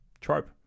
trope